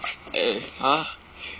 eh !huh!